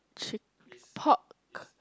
chick pork